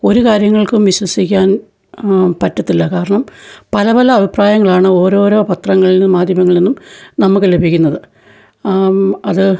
ഒരു കാര്യങ്ങൾക്കും വിശ്വസിക്കാൻ പറ്റത്തില്ല കാരണം പല പല അഭിപ്രായങ്ങളാണ് ഓരോരോ പത്രങ്ങളിലും മാധ്യമങ്ങളിൽനിന്നും നമുക്ക് ലഭിക്കുന്നത് അത്